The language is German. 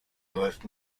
läuft